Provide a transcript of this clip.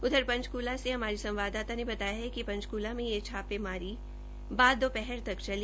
उधर पंचकूला से हमारी संवाददाता ने बताया कि पंचकुला में यह छापेमारी बाद दोपहर तक चली